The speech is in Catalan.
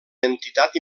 entitat